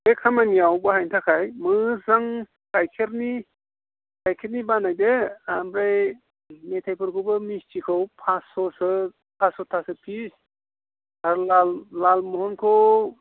बे खामानियाव बाहायनो थाखाय मोजां गाइखेरनि गाइखेरनि बानायदो ओमफ्राय मेथाइफोरखौबो मिस्थिखौ फास्स'सो फास्स'थासो पिस आरो लाल लालमहनखौ